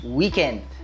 weekend